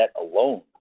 alone